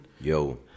yo